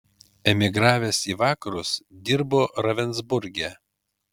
emigravęs į vakarus dirbo ravensburge